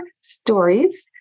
stories